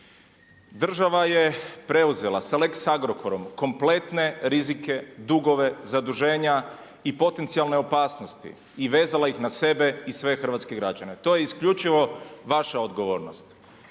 Država je preuzela, sa lex Agrokorom, kompletne rizike, dugove zaduženja i potencijalne opasnosti i vezala ih na sebe i svoje hrvatske građane, to je isključivo vaša odgovornost.